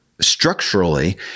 structurally